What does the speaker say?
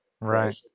Right